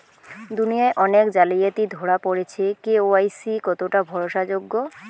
দুনিয়ায় অনেক জালিয়াতি ধরা পরেছে কে.ওয়াই.সি কতোটা ভরসা যোগ্য?